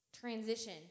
transition